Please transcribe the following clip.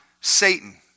Satan